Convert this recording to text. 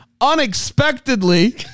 unexpectedly